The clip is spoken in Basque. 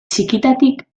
txikitatik